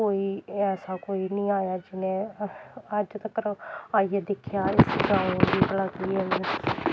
कोई ऐसा कोई निं आया जि'न्नै अज्ज तक्कर आइयै दिक्खेआ इस गांव गी भला केह् ऐ एह्दी